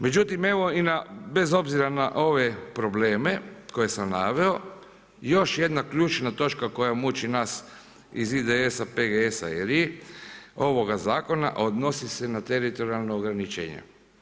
Međutim, evo bez obzira na ove probleme koje sam naveo, još jedna ključna točka koja muči nas iz IDS-a, PGS-a i LRI-a ovoga zakona odnosi se na teritorijalno ograničenje.